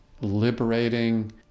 liberating